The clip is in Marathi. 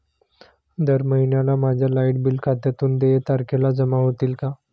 दर महिन्याला माझ्या लाइट बिल खात्यातून देय तारखेला जमा होतील का?